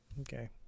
Okay